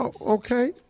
Okay